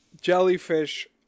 jellyfish